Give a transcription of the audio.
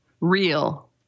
real